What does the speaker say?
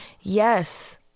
Yes